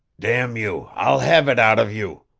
damn you, i'll have it out of you!